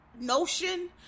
notion